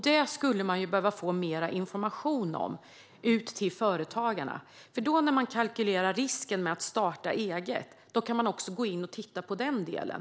Det skulle företagarna behöva få mer information om. När man kalkylerar risken det innebär att starta eget kan man alltså gå in och titta också på den delen.